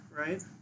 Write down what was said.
right